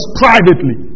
privately